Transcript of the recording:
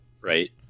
right